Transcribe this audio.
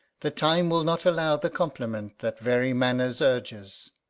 the time will not allow the compliment that very manners urges.